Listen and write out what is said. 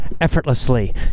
effortlessly